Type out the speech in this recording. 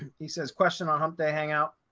he says question on hump day hangout.